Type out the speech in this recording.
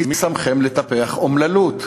מי שמכם לטפח אומללות,